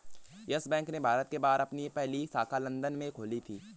yes Bank ने भारत के बाहर अपनी पहली शाखा लंदन में खोली थी